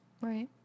Right